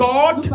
God